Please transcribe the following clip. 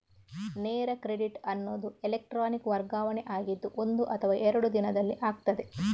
ನೇರ ಕ್ರೆಡಿಟ್ ಅನ್ನುದು ಎಲೆಕ್ಟ್ರಾನಿಕ್ ವರ್ಗಾವಣೆ ಆಗಿದ್ದು ಒಂದು ಅಥವಾ ಎರಡು ದಿನದಲ್ಲಿ ಆಗ್ತದೆ